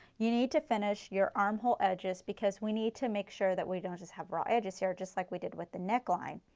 you need to finish your armhole edges because we need to make sure that we don't just have raw edges here, just like we did with the neckline.